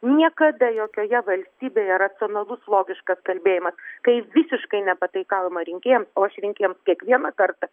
niekada jokioje valstybėje racionalus logiškas kalbėjimas kai visiškai nepataikaujama rinkėjams o aš rinkėjams kiekvieną kartą